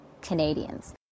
Canadians